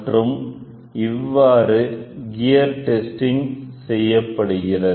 மற்றும் இவ்வாறு gear testing செய்யப்படுகிறது